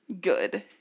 Good